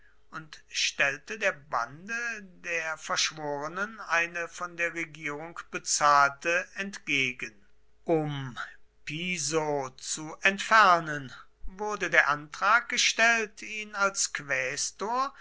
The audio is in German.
und stellte der bande der verschworenen eine von der regierung bezahlte entgegen um piso zu entfernen wurde der antrag gestellt ihn als quästor